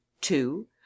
two